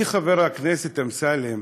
חבר הכנסת אמסלם,